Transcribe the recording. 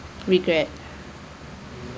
regret